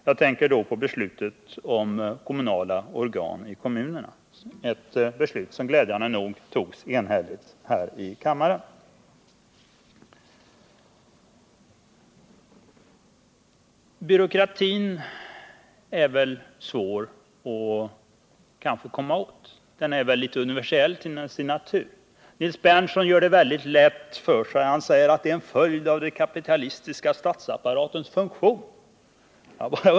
Jag tänker på beslutet om lokala organ i kommunerna, ett beslut som glädjande nog togs enhälligt här i kammaren. Byråkratin är svår att komma åt. Den är nog universell till sin natur. Nils Berndtson gör det väldigt lätt för sig när han säger att byråkratin är en följd av den kapitalistiska statsapparatens funktion.